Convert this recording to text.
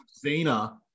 Zena